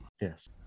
Yes